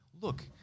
look